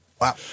Wow